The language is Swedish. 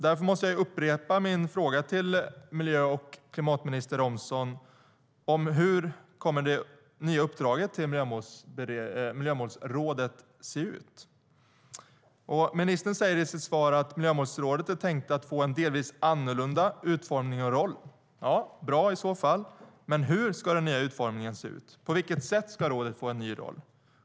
Därför måste jag upprepa min fråga till klimat och miljöminister Romson. Hur kommer det nya uppdraget till detta miljömålsråd att se ut? Ministern säger i sitt svar att Miljömålsrådet är tänkt att få en delvis annorlunda utformning och roll. Det är i så fall bra, men hur ska den nya utformningen se ut? På vilket sätt ska rådet få en ny roll?